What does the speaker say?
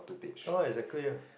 ya lah exactly ah